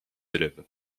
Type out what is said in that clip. élèves